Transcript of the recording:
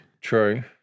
True